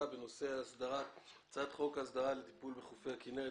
בנושא: הצעת חוק הסדרת הטיפול בחופי הכנרת,